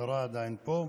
השרה עדיין פה?